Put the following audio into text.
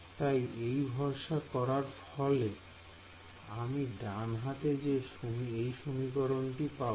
তাই এই ভরসা করার ফলে আমি ডানহাতে এই সমীকরণকে পাবো